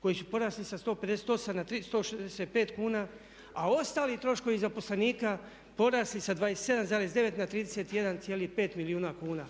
koji su porasli sa 158 na 165 kuna a ostali troškovi zaposlenika porasli sa 27,9 na 31,5 milijuna kuna.